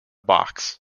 box